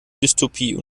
dystopie